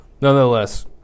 nonetheless